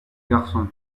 garçon